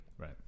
Right